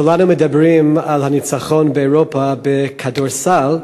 כולנו מדברים על הניצחון באירופה בכדורסל,